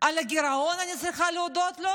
על הגירעון אני צריכה להודות לו?